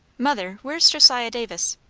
mother, where's josiah davis?